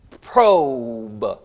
Probe